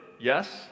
Yes